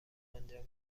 انجام